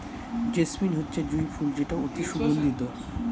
jasmine হচ্ছে জুঁই ফুল যেটা অতি সুগন্ধিত